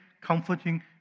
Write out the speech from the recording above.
comforting